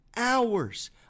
hours